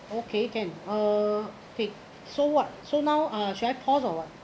okay can uh okay so what so now uh should I pause or what